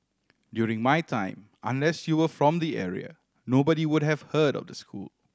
during my time unless you were from the area nobody would have heard of the school